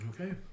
okay